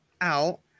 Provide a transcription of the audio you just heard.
out